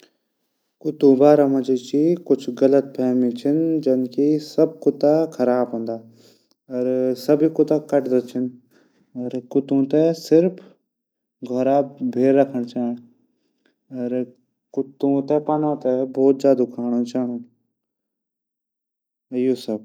कुत्तों बारा मा कुछ गलतफहमियां छन सब कुता खराब हूदन। सभी कुता कटदा छन। कूतों थै घार भैर रखण चैंद ।कुतों थै पलं कुण बहुत ज्यादा खाणू चैनू। यू सब।